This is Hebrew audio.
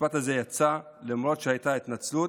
המשפט הזה יצא, ולמרות שהייתה התנצלות,